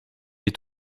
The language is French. est